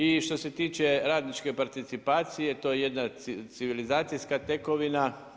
I što se tiče radničke participacije, to je jedna civilizacijska tekovina.